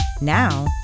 Now